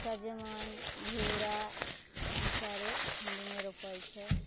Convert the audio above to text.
सजमनि घिउरा ई सारे ठण्डीमे रोपाइत छै